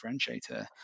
differentiator